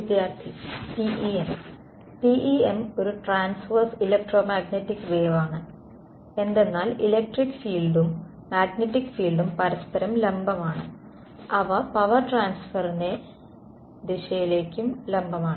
വിദ്യാർത്ഥി TEM TEM ഒരു transverse electromagnetic വേവാണ് എന്തെന്നാൽ ഇലക്ടിക് ഫീൾഡും മാഗ്നെറ്റിക് ഫീൾഡും പരസ്പരം ലംബമാണ് അവ പവർ ട്രാൻസ്ഫറിന്റെ ദിശയിലേക്കും ലംബമാണ്